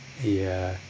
ya